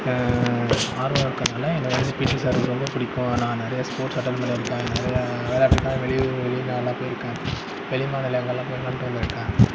ஆர்வருக்கறனால என்னை வந்து பீடி சார்க்கு ரொம்ப பிடிக்கும் நான் நிறையா ஸ்போட்ஸ் அட்டன்ட் பண்ணியிருக்கேன் நிறையா விளையாட்டுக்காக வெளியூர் வெளிநாடெலாம் போயிருக்கேன் வெளிமாநிலங்களெலாம் போய் விளான்ட்டு வந்திருக்கேன்